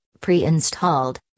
pre-installed